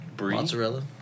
mozzarella